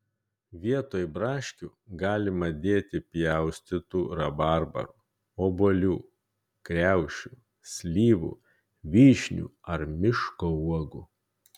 vietoj braškių galima dėti pjaustytų rabarbarų obuolių kriaušių slyvų vyšnių ar miško uogų